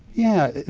yeah.